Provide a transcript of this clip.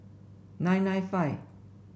nine nine five